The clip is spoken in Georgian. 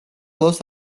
ლოს